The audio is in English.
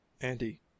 Andy